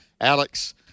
Alex